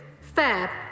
fair